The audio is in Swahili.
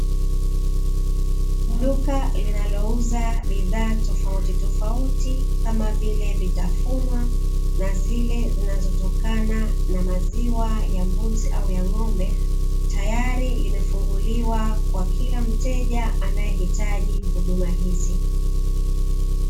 Duka linalouza bidhaa tofautitofauti, kama vile vitafunywa na zile zinazotokana na maziwa ya mbuzi au ya ng'ombe; tayari limefunguliwa kwa kila mteja anaye hitaji huduma hizi.